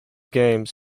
games